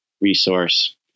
resource